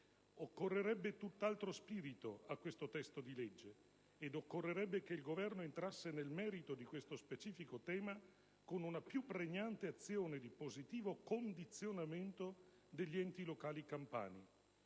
Occorrerebbe tutt'altro spirito a questo testo di legge ed occorrerebbe che il Governo entrasse nel merito di questo specifico tema con una più pregnante azione di positivo condizionamento degli enti locali campani.